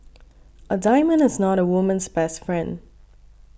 a diamond is not a woman's best friend